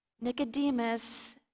Nicodemus